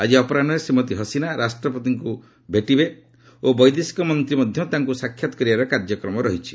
ଆଜି ଅପରାହ୍ନରେ ଶ୍ରୀମତୀ ହସିନା ରାଷ୍ଟ୍ରପତି ଭେଟିବେ ଓ ବୈଦେଶିକ ମନ୍ତ୍ରୀ ମଧ୍ୟ ତାଙ୍କୁ ସାକ୍ଷାତ କରିବାର କାର୍ଯ୍ୟକ୍ରମ ରହିଛି